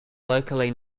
locally